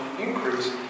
increase